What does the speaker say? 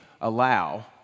allow